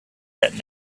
that